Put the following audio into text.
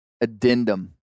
addendum